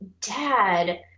dad